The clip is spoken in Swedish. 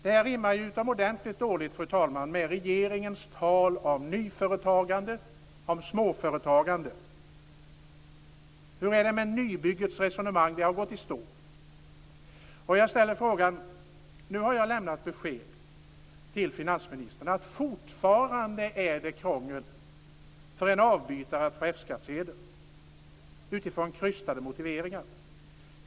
Detta rimmar utomordentligt dåligt med regeringens tal om nyföretagande och småföretagande. Hur är det med resonemanget om nybygget? Det har gått i stå. Nu har jag lämnat besked till finansministern att fortfarande är det krångel för en avbytare att få F skattsedel utifrån krystade motiveringar.